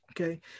Okay